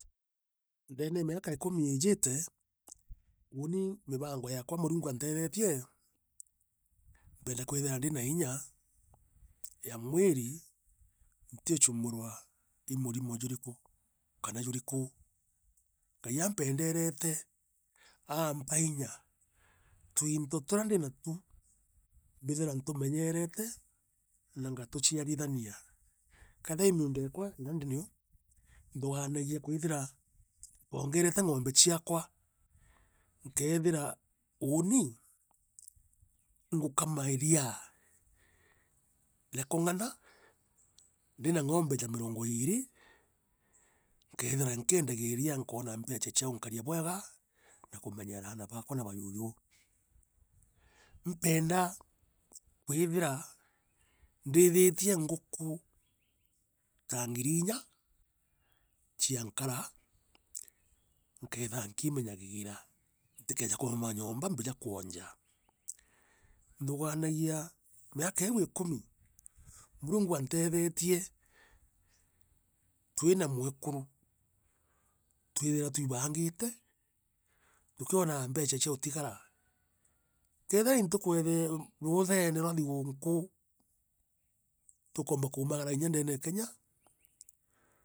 Ndeene e miaka ikumi iijite, uuni mibango yakwa murungu antetheetie mbendaa kwithirwa ndina inya, ya mwiri chumburwa i murimo juriku kana juriku. Ngai ampeendorete, aampa inya, twinto turia ndinata, mbithirwa ntumenyerete na ngatuchiarithania keethea i miundo yeekwa ira ndinio, ntuugaanagia kwithirwa, meoongerete ngombe ciakwa, nkeethira uuni, ingukama iria, ria kungana, ndina ngombe ja mirongo iiri, nkeethira nkiendagia iria nkoona mbeecha cia unkaria bwega na kumenyeera aana bakwa na tujuju impendaa kwithira nddithitie nguku ta ngiri inya cia nkara nkeethia nkiimenyagira ntikeeje kuruma nyomba ntikeeje kwonja ntuuganagia miaka iiu ikumi Murungu aantethetie twina mwekuru twithira twibangite tukionaa mbecha cia utigara keethia ii ntuku ya ruuthene vwa thigunku ukaumbaa kumagara kinya ndene e Kenya.